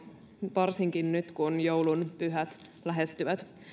varsinkin nyt kun joulun pyhät lähestyvät